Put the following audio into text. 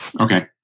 Okay